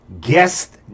Guest